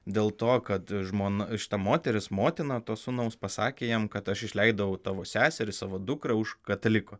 dėl to kad žmona šita moteris motina to sūnaus pasakė jam kad aš išleidau tavo seserį savo dukrą už kataliko